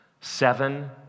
seven